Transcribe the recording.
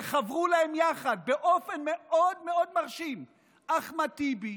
וחברו להם יחד באופן מאוד מאוד מרשים אחמד טיבי,